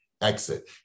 exit